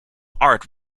art